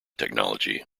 technology